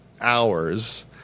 hours